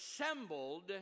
assembled